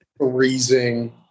Freezing